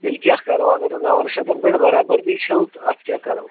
تیٚلہِ کیٛاہ کَرو اَگر نہٕ نَوَن شَتَن پٮ۪ٹھ برابری چھَو تہٕ اَتھ کیٛاہ کَرو